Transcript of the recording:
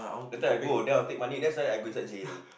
the time I go then I'll take money that's why I go such jail